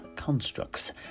constructs